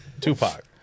Tupac